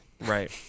right